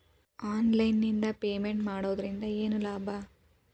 Online ನಿಂದ payment ಮಾಡುವುದರಿಂದ ಏನು ಲಾಭ?